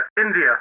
India